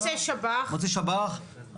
יו"ר ועדת ביטחון פנים: מוצא שב"ח,